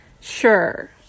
Sure